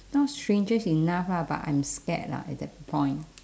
not strangest enough lah but I'm scared lah at that point